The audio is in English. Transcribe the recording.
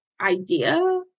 idea